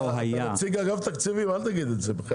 אתה נציג אגף תקציבים, אל תגיד את זה.